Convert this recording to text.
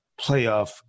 playoff